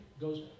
goes